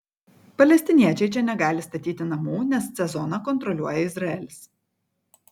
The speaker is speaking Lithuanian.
palestiniečiai čia negali statyti namų nes c zoną kontroliuoja izraelis